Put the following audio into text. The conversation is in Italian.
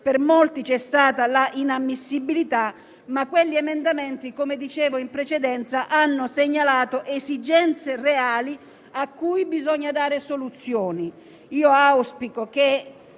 sono stati dichiarati inammissibili. Quegli emendamenti però, come dicevo in precedenza, hanno segnalato esigenze reali, a cui bisogna dare soluzioni.